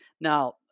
now